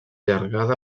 llargada